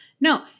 No